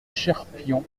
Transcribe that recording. cherpion